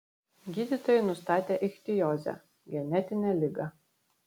gydytojai nustatė ichtiozę genetinę ligą